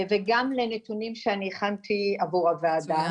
וגם לנתונים שהכנתי עבור הוועדה.